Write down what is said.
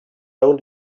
own